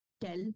tell